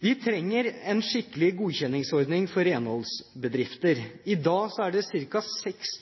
Vi trenger en skikkelig godkjenningsordning for renholdsbedrifter. I dag er det ca. 6